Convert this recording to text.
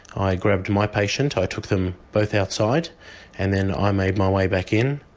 i grabbed my patient, i took them both outside and then i made my way back in,